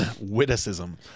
Witticism